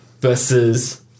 versus